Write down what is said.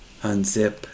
unzip